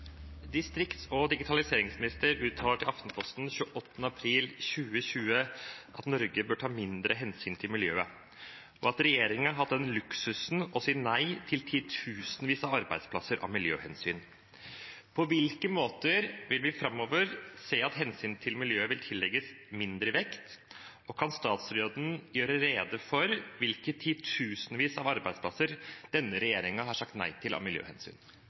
at regjeringa har hatt den luksusen å si nei til titusenvis av arbeidsplasser av hensyn til miljøet. På hvilke måter vil vi se at hensynet til miljøet vil tillegges mindre vekt, og kan statsråden gjøre rede for hvilke titusenvis av arbeidsplasser regjeringa har sagt nei til av miljøhensyn?»